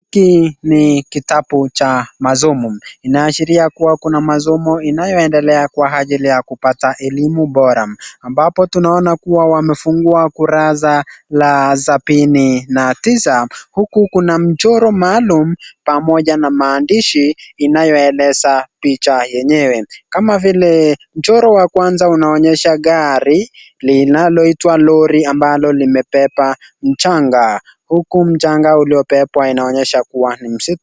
Hii ni kitabu cha masomo inaashiria kuwa kuna masomo inayoendelea kwa ajili ya kupata elimu bora ambapo tunaona kuwa wamefungua kurasa la sabini na tisa huku kuna mchoro maalum pamoja na maandishi inayoeleza picha yenyewe, kama vile mchoro wa kwanza unaonyesha gari linaloitwa lori ambalo limebeba mchanga huku mchanga uliiyobebwa inaonyesha kwamba ni mzito.